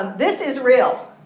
this is real.